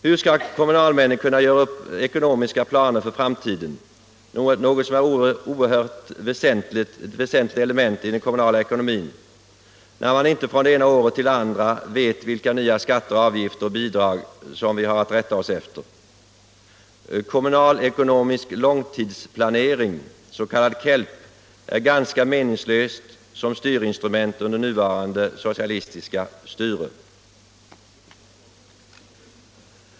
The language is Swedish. Hur skall kommunalmännen kunna göra upp planer för framtiden, något som är ett oerhört väsentligt element i den kommunala ekonomin, när de inte från det ena året till det andra vet vilka nya skatter, avgifter och bidrag som vi har att rätta oss efter? Kommunalekonomisk långtidsplanering, s.k. KELP, är ganska meningslös som styrinstrument under nuvarande socialistiska styre.